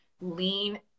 lean